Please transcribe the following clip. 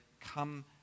come